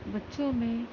بچوں میں